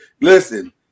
listen